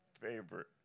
favorite